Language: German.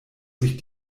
sich